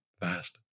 fast